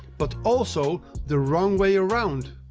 but also the wrong way around!